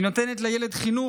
היא נותנת לילד חינוך,